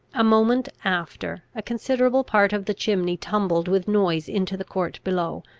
a moment after, a considerable part of the chimney tumbled with noise into the court below,